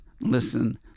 listen